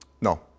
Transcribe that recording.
No